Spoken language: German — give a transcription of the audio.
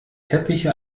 teppiche